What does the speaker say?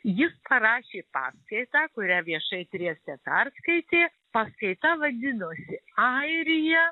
jis parašė paskaitą kurią viešai trieste perskaitė paskaita vadinosi airija